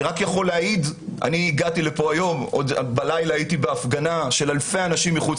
אני הגעתי לכאן היום אחרי שבלילה הייתי בהפגנה של אלפי אנשים מחוץ